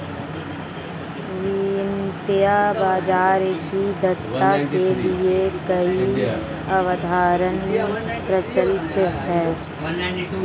वित्तीय बाजार की दक्षता के लिए कई अवधारणाएं प्रचलित है